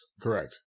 Correct